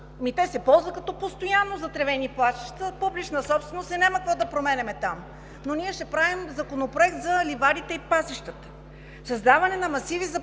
те се ползват като постоянно затревени пасища публична собственост и няма какво да променяме там, но ние ще правим законопроект за ливадите и пасищата. Създаване на масиви за